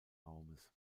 raumes